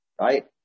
Right